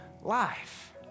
life